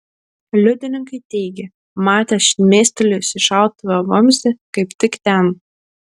liudininkai teigė matę šmėstelėjusį šautuvo vamzdį kaip tik ten